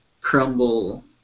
crumble